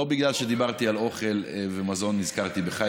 לא בגלל שדיברתי על אוכל ומזון נזכרתי בך,